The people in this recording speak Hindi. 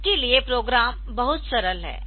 इसके लिए प्रोग्राम बहुत सरल है